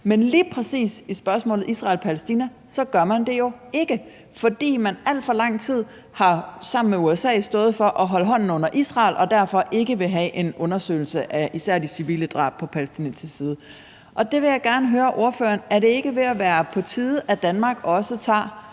men lige præcis i spørgsmålet om Israel og Palæstina gør man det ikke, fordi man alt for lang tid sammen med USA har stået for at holde hånden under Israel og derfor ikke vil have en undersøgelse af især de civile drab på palæstinensisk side. Der vil jeg gerne høre ordføreren: Er det ikke ved at være på tide, at Danmark også tager